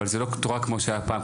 אבל זה לא תורה כמו שהיה פעם,